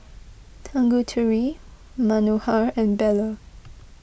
Tanguturi Manohar and Bellur